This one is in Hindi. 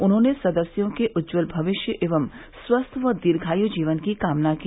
उन्होंने सदस्यों के उज्ज्वल भविष्य एवं स्वस्थ व दीर्घाय जीवन की कामना की